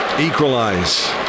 equalize